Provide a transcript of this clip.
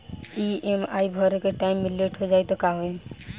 EMI भरे के time मे लेट हो जायी त का होई?